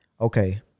Okay